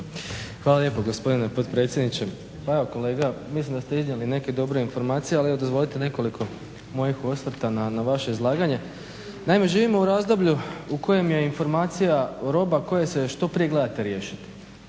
Hvala lijepo, gospodine potpredsjedniče. Pa evo kolega mislim da ste iznijeli neke dobre informacije, ali evo dozvolite nekoliko mojih osvrta na vaše izlaganje. Naime, živimo u razdoblju u kojem je informacija roba koju se što prije gledate riješiti.